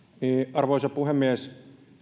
arvoisa puhemies